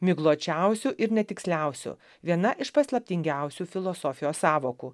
migločiausių ir netiksliausių viena iš paslaptingiausių filosofijos sąvokų